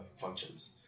functions